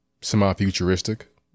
semi-futuristic